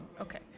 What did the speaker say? Okay